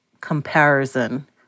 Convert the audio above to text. comparison